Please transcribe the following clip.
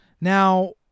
Now